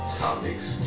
topics